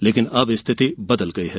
लेकिन अब स्थिति बदल गई है